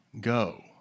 go